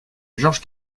george